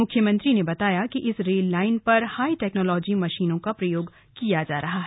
मुख्यमंत्री ने बताया कि इस रेल लाइन पर हाई टेक्नोलॉजी की मशीनों का प्रयोग किया जा रहा है